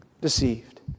deceived